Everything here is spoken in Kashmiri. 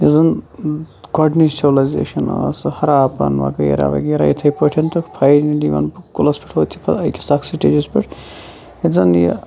یُس زَن گۄڈنِچ سِوِلَیزیشَن ٲس ہَرَاپَن وَغیرہ وَغیرہ تہٕ یِتھے پٲٹھۍ فاینلی وَنہٕ بہٕ کُلَس پیٚٹھ وٲژ یہِ أکِس اَتھ سٹیجَس پیٹھ ییٚتہِ زَن یہِ